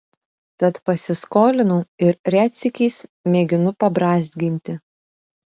tad pasiskolinau ir retsykiais mėginu pabrązginti